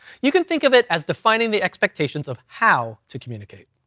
you can think of it as defining the expectations of how to communicate.